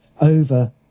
over